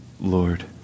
Lord